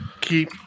keep